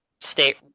state